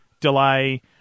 delay